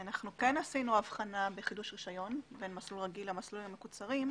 אנחנו כן עשינו הבחנה בחידוש רישיון בין מסלול רגיל למסלולים המקוצרים.